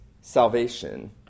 salvation